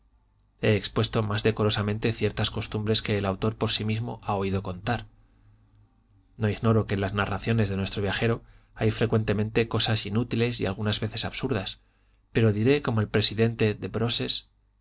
he expuesto más decorosamente ciertas costumbres que el autor por sí mismo ha oído contar no ignoro que en las narraciones de nuestro viajero hay frecuentemente cosas inútiles y algunas veces absurdas pero diré como el presidente de